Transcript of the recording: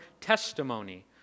testimony